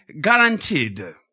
guaranteed